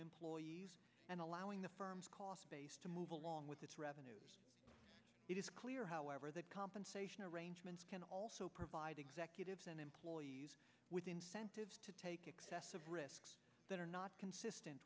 employees and allowing the firm's cost base to move along with its revenue it is clear however that compensation arrangements can also provide executives and employees with incentives to take excessive risks that are not consistent